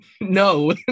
No